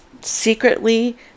secretly